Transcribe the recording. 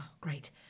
Great